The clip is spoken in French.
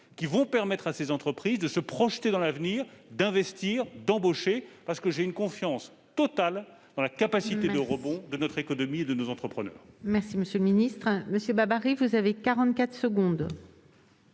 Ils permettront aux entreprises de se projeter dans l'avenir, d'investir et d'embaucher. Car j'ai une confiance totale dans la capacité de rebond de notre économie et de nos entrepreneurs.